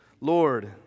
Lord